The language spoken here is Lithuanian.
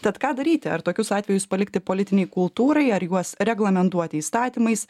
tad ką daryti ar tokius atvejus palikti politinei kultūrai ar juos reglamentuoti įstatymais